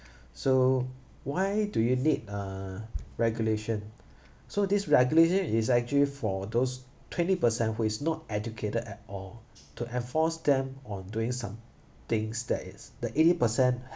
so why do you need a regulation so this regulation is actually for those twenty percent who is not educated at all to enforce them on doing some things that is the eighty percent ha~